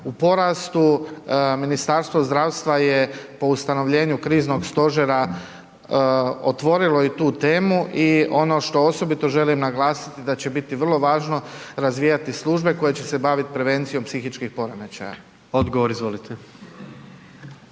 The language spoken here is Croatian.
u porastu. Ministarstvo zdravstva je po ustanovljenju Kriznog stožera, otvorilo je tu temu i ono što osobito želim naglasiti, da će biti vrlo važno, razvijati službe koje će se baviti prevencijom psihičkih poremećaja. **Jandroković,